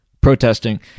protesting